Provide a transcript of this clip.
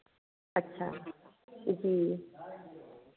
अच्छा जी